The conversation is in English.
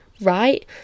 right